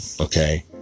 Okay